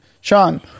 Sean